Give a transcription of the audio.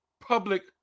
public